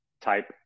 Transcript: type